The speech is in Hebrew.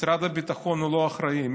משרד הביטחון לא אחראי,